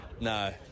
No